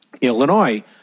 Illinois